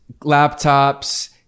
laptops